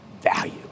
value